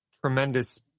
tremendous